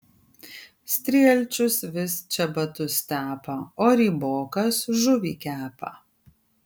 strielčius vis čebatus tepa o rybokas žuvį kepa